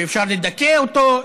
שאפשר לדכא אותו,